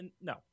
no